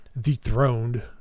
dethroned